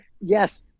yes